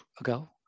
ago